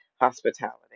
hospitality